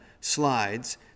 slides